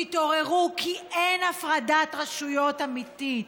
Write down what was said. תתעוררו, כי אין הפרדת רשויות אמיתית.